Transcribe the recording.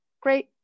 Great